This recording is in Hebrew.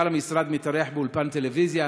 מנכ"ל המשרד מתארח באולפן טלוויזיה,